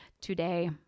today